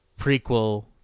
prequel